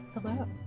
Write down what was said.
hello